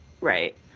right